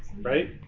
right